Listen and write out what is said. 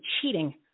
cheating